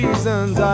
Reasons